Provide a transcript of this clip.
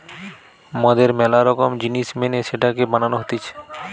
মদের ম্যালা রকম জিনিস মেনে সেটাকে বানানো হতিছে